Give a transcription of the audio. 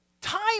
Time